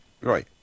Right